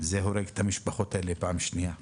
זה הורג את המשפחות האלה פעם שנייה.